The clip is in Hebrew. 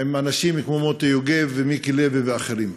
עם אנשים כמו מוטי יוגב, ומיקי לוי, ואחרים,